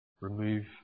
Remove